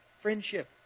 Friendship